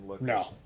No